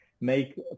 make